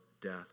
death